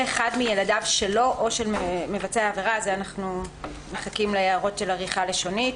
אחד מילדיו של מבצע העבירה" אנחנו מחכים להערות של עריכה לשונית.